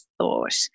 thought